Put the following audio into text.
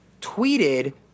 tweeted